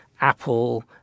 Apple